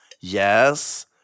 Yes